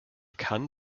kann